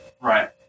Right